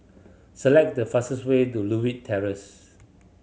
select the fastest way to Terrace